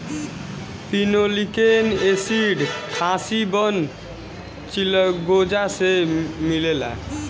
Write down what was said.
pinolenic acid खासी बस चिलगोजा से मिलेला